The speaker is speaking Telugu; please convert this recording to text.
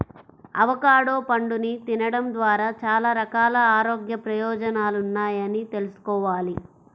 అవకాడో పండుని తినడం ద్వారా చాలా రకాల ఆరోగ్య ప్రయోజనాలున్నాయని తెల్సుకోవాలి